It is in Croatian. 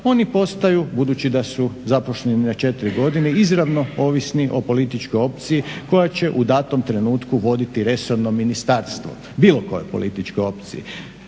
oni postaju budući da su zaposleni na 4 godine izravno ovisni o političkoj opciji koja će u datom trenutku voditi resorno ministarstvo bilo kojoj političkoj opciji,